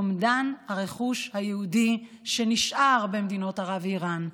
אומדן הרכוש היהודי שנשאר במדינות ערב ואיראן.